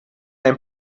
ein